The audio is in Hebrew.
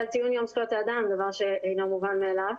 קיום יום זכויות האדם הוא דבר שאינו מובן מאליו.